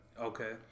Okay